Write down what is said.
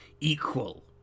equal